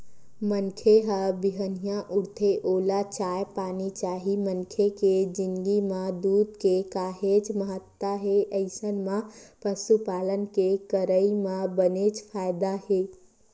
मनखे ह बिहनिया उठथे ओला चाय पानी चाही मनखे के जिनगी म दूद के काहेच महत्ता हे अइसन म पसुपालन के करई म बनेच फायदा हे